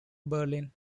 berlin